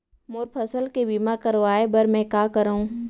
मोर फसल के बीमा करवाये बर में का करंव?